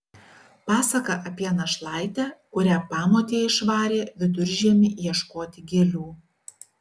pasaka apie našlaitę kurią pamotė išvarė viduržiemį ieškoti gėlių